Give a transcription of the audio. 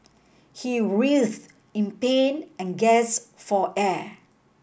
he writhed in pain and gasped for air